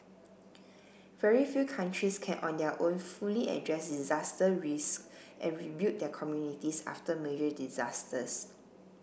very few countries can on their own fully address disaster risk and rebuild their communities after major disasters